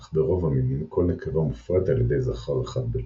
אך ברוב המינים כל נקבה מופרית על ידי זכר אחד בלבד.